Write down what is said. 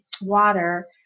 water